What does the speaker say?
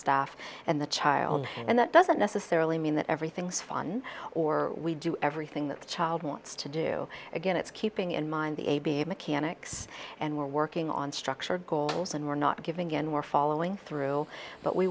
staff and the child and that doesn't necessarily mean that everything's fine or we do everything that the child wants to do again it's keeping in mind the a b a mechanics and we're working on structured goals and we're not giving in we're following through but we